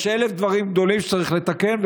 יש אלף דברים גדולים שצריך לתקן,